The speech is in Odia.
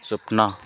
ସ୍ଵପ୍ନ